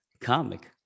comic